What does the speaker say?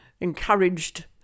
encouraged